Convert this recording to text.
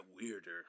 weirder